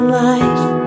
life